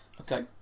Okay